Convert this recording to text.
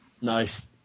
Nice